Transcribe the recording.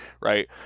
right